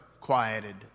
quieted